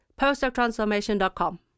postdoctransformation.com